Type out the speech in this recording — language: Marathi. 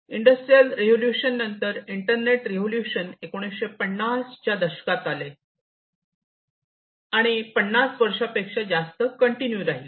इंडस्ट्रियल रिव्होल्यूशन नंतर इंटरनेट रिव्होल्यूशन 1950 च्या दशकात आले आणि पण पन्नास वर्षे पेक्षा जास्त कंटिन्यू राहिले